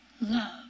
love